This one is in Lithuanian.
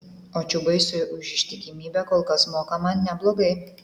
o čiubaisui už ištikimybę kol kas mokama neblogai